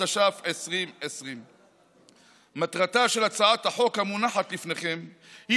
התש"ף 2020. מטרתה של הצעת החוק המונחת לפניכם היא